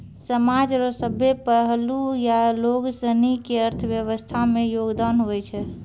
समाज रो सभ्भे पहलू या लोगसनी के अर्थव्यवस्था मे योगदान हुवै छै